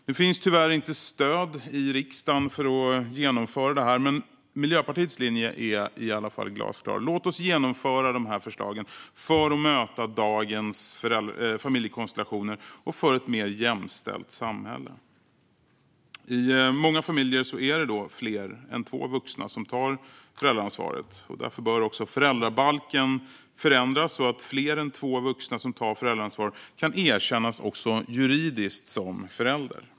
Det finns tyvärr inte stöd i riksdagen för att genomföra detta, men Miljöpartiets linje är i alla fall glasklar: Låt oss genomföra de här förslagen för att möta dagens familjekonstellationer och för ett mer jämställt samhälle! I många familjer är det fler än två vuxna som tar föräldraansvaret. Därför bör också föräldrabalken förändras så att fler än två vuxna som tar föräldraansvar kan erkännas också juridiskt som föräldrar.